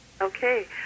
Okay